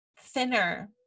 thinner